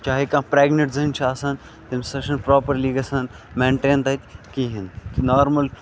چاہے کانٛہہ پریگنِٹ زٔنۍ چھِ آسان تمس ہَسا چھنہٕ پراپرلی گَژھان مینٹین تَتہِ کِہیٖنۍ نارمَل